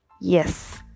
Yes